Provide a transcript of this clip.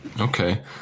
Okay